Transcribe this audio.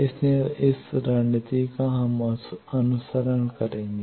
इसलिए इस रणनीति का हम अनुसरण करेंगे